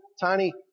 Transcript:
tiny